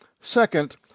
second